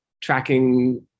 tracking